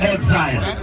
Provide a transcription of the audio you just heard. Exile